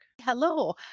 hello